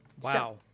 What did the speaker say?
wow